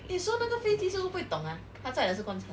eh so 那个飞机会不会懂 ah 它载的是棺材